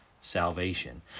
salvation